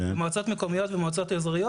במועצות מקומיות ובמועצות אזוריות,